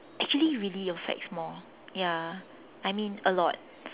actually really affects more ya I mean a lot